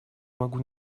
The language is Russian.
могу